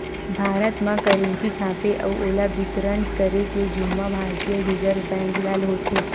भारत म करेंसी छापे अउ ओला बितरन करे के जुम्मा भारतीय रिजर्व बेंक ल होथे